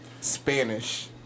Spanish